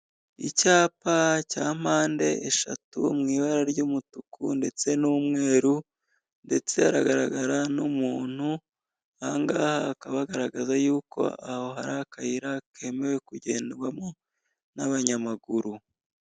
Icyapa cya mpande eshatu mu ibara ry'umutuku ndetse n'umweru, ndetse hagaragara n'umuntu ahangaha hakaba hagaragaza yuko aho hari akayira kemewe kugendwamo n'abanyamaguru.